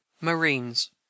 Marines